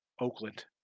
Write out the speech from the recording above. Oakland